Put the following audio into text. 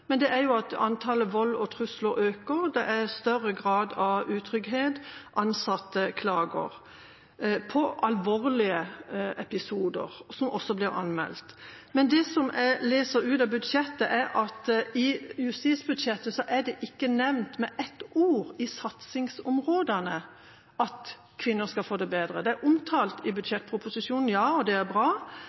er at antallet voldsepisoder og trusler øker, det er større grad av utrygghet, ansatte klager – på alvorlige episoder, som også blir anmeldt. Det som jeg leser av budsjettet, er at i justisbudsjettet er det ikke nevnt med ett ord i satsingsområdene at kvinner skal få det bedre. Det er omtalt i budsjettproposisjonen – ja, og det er bra,